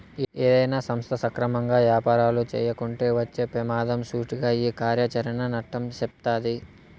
ఏదైనా సంస్థ సక్రమంగా యాపారాలు చేయకుంటే వచ్చే పెమాదం సూటిగా ఈ కార్యాచరణ నష్టం సెప్తాది